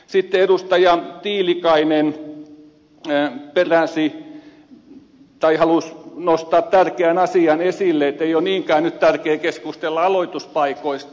sitten edustaja tiilikainen halusi nostaa tärkeän asian esille että ei ole niinkään nyt tärkeää keskustella aloituspaikoista